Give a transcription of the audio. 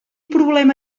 problema